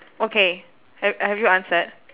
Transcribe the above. okay have have you answered